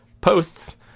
posts